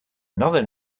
another